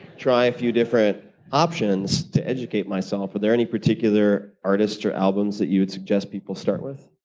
try a few different options to educate myself. are there any particular artists or albums that you would suggest people start with?